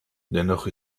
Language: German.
dennoch